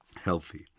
healthy